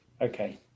Okay